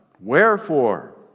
wherefore